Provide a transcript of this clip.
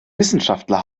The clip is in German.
wissenschaftler